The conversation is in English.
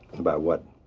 about what?